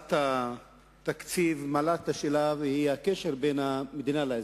הצעת התקציב מעלה את השאלה של הקשר בין המדינה לאזרח,